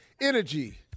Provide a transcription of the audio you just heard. Energy